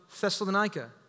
Thessalonica